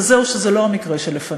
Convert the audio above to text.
אז זהו, זה לא המקרה שלפנינו.